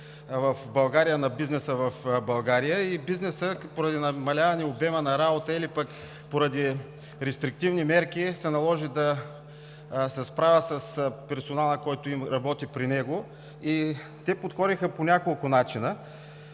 в България, на бизнеса в България. И бизнесът, поради намаляване обема на работа, или пък поради рестриктивни мерки, се наложи да се справя с персонала, който работи при него. Те подходиха по няколко начина.